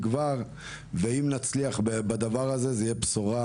ואם נצליח בדבר הזה זאת תהיה בשורה,